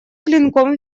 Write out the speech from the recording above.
клинком